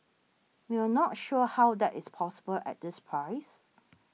we're not sure how that is possible at this price